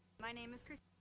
my name is